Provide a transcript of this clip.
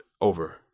over